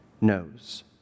knows